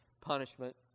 punishment